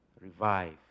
Revive